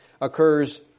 occurs